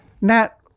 Nat